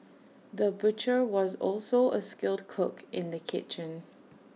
the butcher was also A skilled cook in the kitchen